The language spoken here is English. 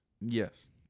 Yes